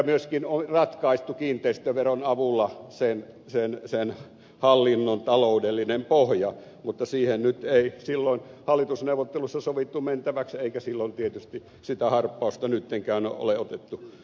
myöskin on ratkaistu kiinteistöveron avulla sen hallinnon taloudellinen pohja mutta siihen nyt ei silloin hallitusneuvotteluissa sovittu mentäväksi eikä silloin tietysti sitä harppausta nyttenkään ole otettu